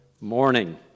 morning